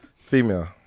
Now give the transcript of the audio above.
female